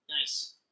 Nice